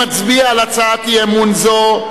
נצביע על הצעת אי-אמון זו.